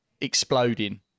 exploding